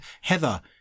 Heather